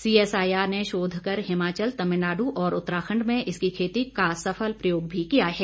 CSIR ने शोध कर हिमाचल तमिलनाडु और उत्तराखंड में इसकी खेती का सफल प्रयोग भी किया है